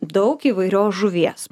daug įvairios žuvies